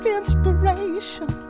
inspiration